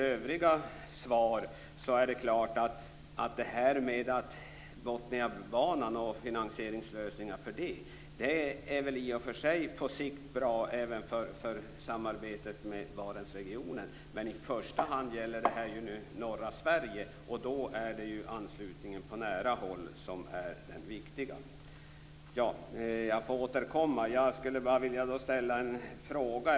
Detta med Botniabanan och finansieringslösningar för den är på sikt i och för sig bra även för samarbetet med Barentsregionen, men i första hand gäller det norra Sverige, och då är det ju anslutningen på nära håll som är den viktiga. Jag får återkomma, men jag skulle bara vilja ställa en fråga.